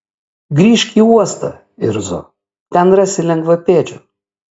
grįžk į uostą irzo ten rasi lengvapėdžių